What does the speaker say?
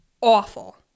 awful